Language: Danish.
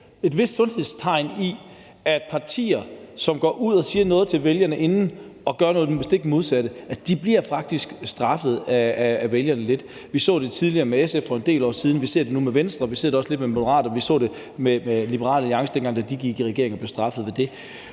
et vist sundhedstegn i, nemlig at partier, som går ud og siger noget til vælgerne før valget, men gør det stik modsatte efter, faktisk bliver straffet af vælgerne. Vi så det tidligere med SF for en del år siden, vi ser det nu med Venstre, og vi ser det også lidt med Moderaterne, og vi så det med Liberal Alliance, dengang de gik i regering, da de blev straffet for det